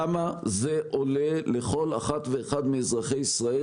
כמה זה עולה לכל אחד ואחת מאזרחי ישראל